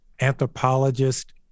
anthropologist